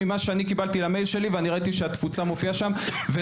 ממה שאני קיבלתי למייל שלי ואני ראיתי שהתפוצה מופיעה שם וזה,